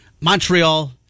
montreal